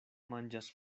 manĝas